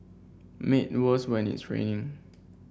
made worse when it's raining